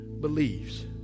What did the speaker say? believes